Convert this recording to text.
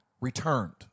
returned